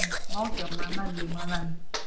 ம் ஓகேம்மா நன்றிம்மா நன்றி